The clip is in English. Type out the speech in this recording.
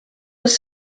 was